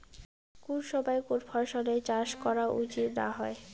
কুন সময়ে কুন ফসলের চাষ করা উচিৎ না হয়?